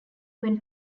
when